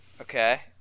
Okay